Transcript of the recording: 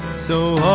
so